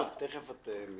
תמר, תכף את.